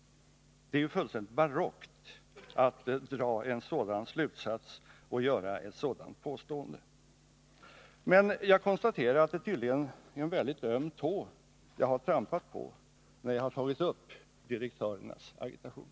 Det är fullständigt barockt att dra en sådan slutsats och göra ett sådant påstående. Jag konstaterar att det tydligen är en mycket öm tå jag trampat på när jag tagit upp direktörernas agitation.